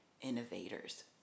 innovators